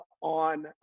on